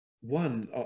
one